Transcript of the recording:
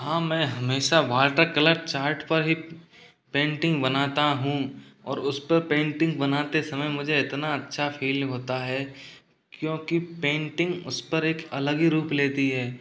हाँ मैं हमेशा वॉटरकलर चार्ट पर ही पेंटिंग बनाता हूँ और उस पर पेंटिंग बनाते समय मुझे इतना अच्छा फील होता है क्योंकि पेंटिंग उस पर एक अलग ही रूप लेती है